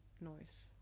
noise